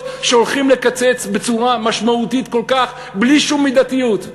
הולכים לקצץ בצורה משמעותית כל כך בלי שום מידתיות?